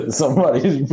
somebody's